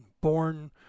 born